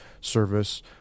service